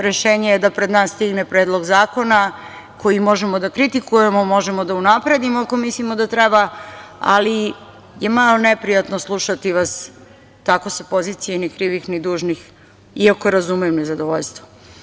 Rešenje je da pred nas stigne predlog zakona, koji možemo da kritikujemo, možemo da unapredimo, ako mislimo da treba, ali je malo neprijatno slušati vas tako sa pozicije ni krivih ni dužnih i ako razumem nezadovoljstvo.